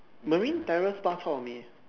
Marine Terrace bak-chor-mee